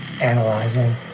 Analyzing